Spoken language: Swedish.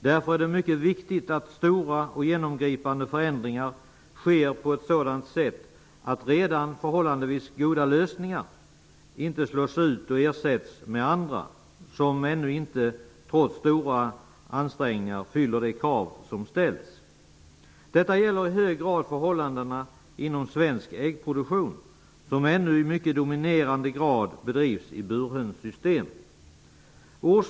Därför är det mycket viktigt att stora och genomgripande förändringar sker på ett sådant sätt att redan förhållandevis goda lösningar inte slås ut och ersätts med andra som ännu inte -- trots stora ansträngningar -- uppfyller de krav som har ställts. Detta gäller i hög grad förhållandena inom svensk äggproduktion. Den bedrivs ännu i mycket hög grad i bursystem.